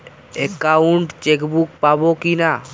Account chequebook পাবো কি না?